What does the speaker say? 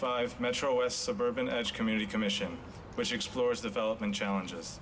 five metro a suburban community commission which explores development challenges